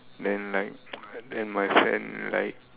then like then my friend like